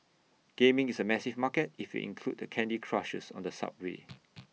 gaming is A massive market if you include the candy Crushers on the subway